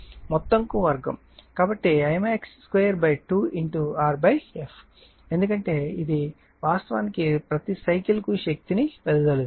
కాబట్టి Imax22Rf ఎందుకంటే ఇది వాస్తవానికి ప్రతి సైకిల్ కు శక్తిని వెదజల్లుతుంది